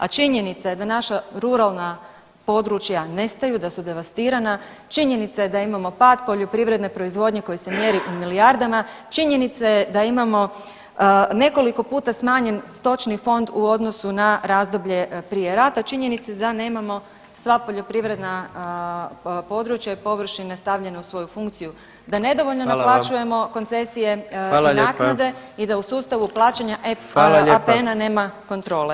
A činjenica je da naša ruralna područja nestaju, da su devastirana, činjena je da imamo pad poljoprivredne proizvodnje činjenica je da imamo nekoliko puta smanjen stočni fond u odnosu na razdoblje prije rata, činjenica je da nemamo sva poljoprivredna područja i površine stavljene u svoju funkciju, da nedovoljno naplaćujemo koncesije i naknade i da u sustavu plaćanja APN-a nema kontrole.